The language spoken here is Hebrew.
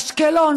אשקלון,